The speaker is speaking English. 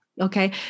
okay